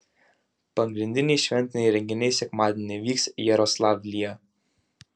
pagrindiniai šventiniai renginiai sekmadienį vyks jaroslavlyje